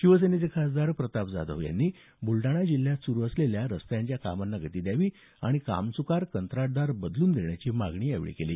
शिवसेनेचे खासदार प्रताप जाधव यांनी ब्लडाणा जिल्ह्यात सुरू असलेल्या रस्त्यांच्या कामांना गती द्यावी आणि कामच्कार कंत्राटदार बदलून देण्याची मागणी केली